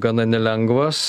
gana nelengvas